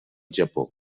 japó